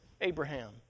Abraham